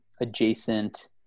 adjacent